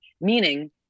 Meaning